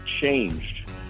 changed